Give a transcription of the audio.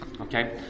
Okay